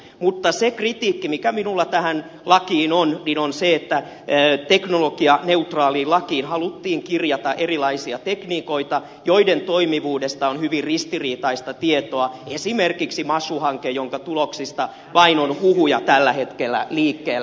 mutta se kritiikki mikä minulla tähän lakiin on on se että teknologianeutraaliin lakiin haluttiin kirjata erilaisia tekniikoita joiden toimivuudesta on hyvin ristiriitaista tietoa esimerkiksi masu hanke jonka tuloksista on vain huhuja tällä hetkellä liikkeellä